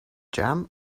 jam